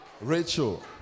Rachel